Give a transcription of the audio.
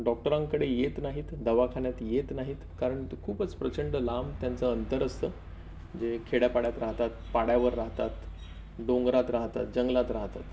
डॉक्टरांकडे येत नाहीत दवाखान्यात येत नाहीत कारण तर खूपच प्रचंड लांब त्यांचं अंतर असतं जे खेड्यापाड्यात राहतात पाड्यावर राहतात डोंगरात राहतात जंगलात राहतात